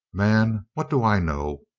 man, what do i know?